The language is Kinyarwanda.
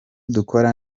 dukora